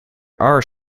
are